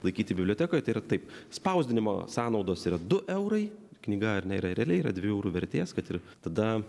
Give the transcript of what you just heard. laikyti bibliotekoje tai yra taip spausdinimo sąnaudos yra du eurai knyga ar ne yra realiai yra dviejų eurų vertės kad ir tada